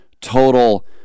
total